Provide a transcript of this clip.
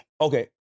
okay